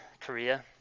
Korea